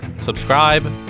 subscribe